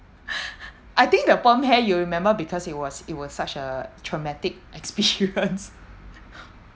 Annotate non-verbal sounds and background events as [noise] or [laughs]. [laughs] I think the perm hair you remember because it was it was such a traumatic experience [laughs]